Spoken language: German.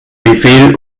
befehl